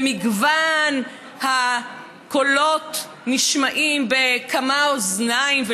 ומגוון הקולות נשמעים בכמה אוזניים,